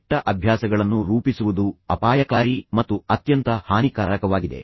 ಕೆಟ್ಟ ಅಭ್ಯಾಸಗಳನ್ನು ರೂಪಿಸುವುದು ಅಪಾಯಕಾರಿ ಮತ್ತು ಅತ್ಯಂತ ಹಾನಿಕಾರಕವಾಗಿದೆ